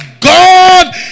God